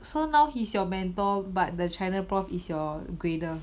so now he's your mentor but the China prof is your grader